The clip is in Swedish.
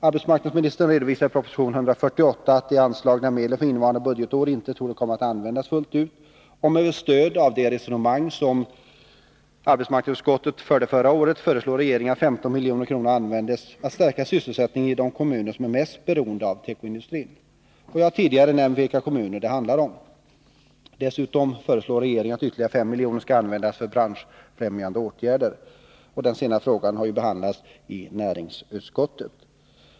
Arbetsmarknadsministern redovisar i proposition 148 att de anslagna medlen för innevarande budgetår inte torde komma att användas fullt ut, och med stöd av det resonemang som arbetsmarknadsutskottet förde förra året föreslår regeringen att 15 milj.kr. skall användas för att stärka sysselsättningen i de kommuner som är mest beroende av tekoindustrin. Jag har tidigare nämnt vilka kommuner det handlar om. Dessutom föreslår regeringen att ytterligare 5 milj.kr. skall användas för branschfrämjande åtgärder. Den senare frågan har behandlats av näringsutskottet.